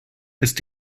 ist